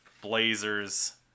blazers